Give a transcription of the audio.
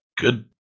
good